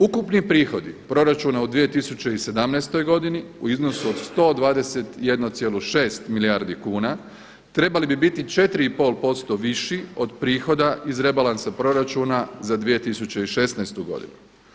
Ukupni prihodi proračuna u 2017. godini u iznosu od 121,6 milijardi kuna trebali bi biti 4 i pol posto viši od prihoda iz rebalansa proračuna za 2016. godinu.